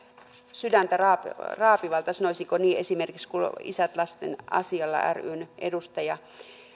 sydäntä raapivalta raapivalta sanoisinko niin esimerkiksi se kun isät lasten asialla ryn edustaja